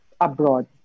abroad